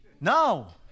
No